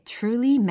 Truly